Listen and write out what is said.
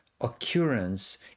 occurrence